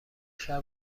شهر